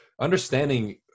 understanding